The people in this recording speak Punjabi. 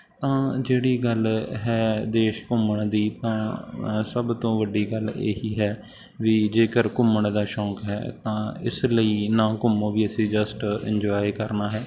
ਤਾਂ ਜਿਹੜੀ ਗੱਲ ਹੈ ਦੇਸ਼ ਘੁੰਮਣ ਦੀ ਤਾਂ ਸਭ ਤੋਂ ਵੱਡੀ ਗੱਲ ਇਹੀ ਹੈ ਵੀ ਜੇਕਰ ਘੁੰਮਣ ਦਾ ਸ਼ੌਕ ਹੈ ਤਾਂ ਇਸ ਲਈ ਨਾ ਘੁੰਮੋ ਵੀ ਅਸੀਂ ਜਸਟ ਇੰਜੋਏ ਕਰਨਾ ਹੈ